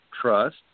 Trust